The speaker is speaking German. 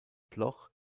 bloch